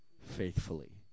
faithfully